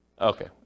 Okay